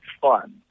fun